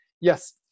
yes